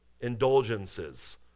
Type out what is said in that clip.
indulgences